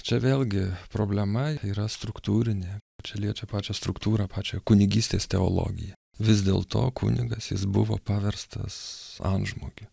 čia vėlgi problema yra struktūrinė čia liečia pačią struktūrą pačią kunigystės teologiją vis dėlto kunigas jis buvo paverstas antžmogiu